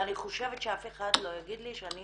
ואני חושבת שאף אחד לא יגיד לי שאני